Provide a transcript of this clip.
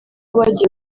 bagiye